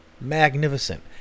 magnificent